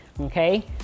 Okay